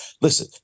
listen